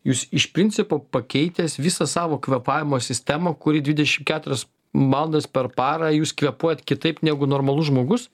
jūs iš principo pakeitęs visą savo kvėpavimo sistemą kuri dvidešimt keturias valandas per parą jūs kvėpuojat kitaip negu normalus žmogus